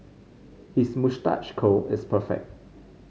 his moustache curl is perfect